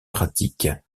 pratique